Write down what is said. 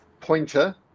pointer